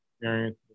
experience